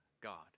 God